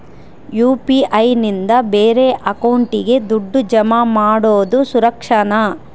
UPI ನಿಂದ ಬೇರೆ ಅಕೌಂಟಿಗೆ ದುಡ್ಡು ಜಮಾ ಮಾಡೋದು ಸುರಕ್ಷಾನಾ?